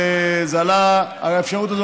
האפשרות הזאת,